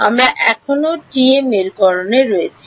আমরা এখনও টিএম মেরুকরণে রয়েছি